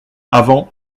avant